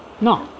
No